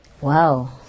Wow